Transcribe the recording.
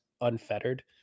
unfettered